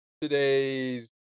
today's